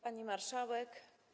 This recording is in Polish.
Pani Marszałek!